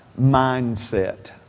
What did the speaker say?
mindset